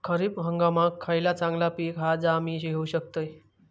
खरीप हंगामाक खयला चांगला पीक हा जा मी घेऊ शकतय?